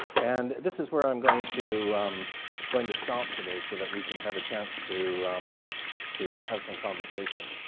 and this is where i'm going to going to stop today, so that we can have a chance to to have some conversation.